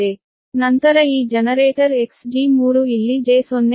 ನಂತರ ಈ generator Xg3 ಇಲ್ಲಿ j0